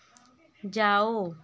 जाओ